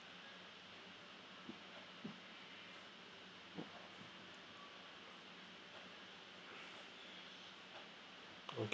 okay